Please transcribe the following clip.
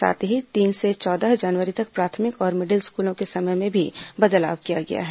साथ ही तीन से चौदह जनवरी तक प्राथमिक और मिडिल स्कूलों के समय में भी बदलाव किया गया है